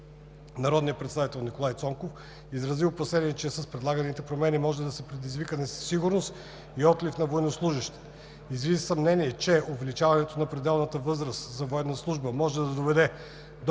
Народният представител Николай Цонков изрази опасение, че с предлаганите промени може да се предизвика несигурност и отлив на военнослужещи. Изрази съмнение, че увеличаването на пределната възраст за военна служба може да доведе до